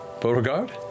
Beauregard